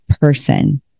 person